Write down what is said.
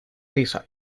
risa